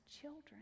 children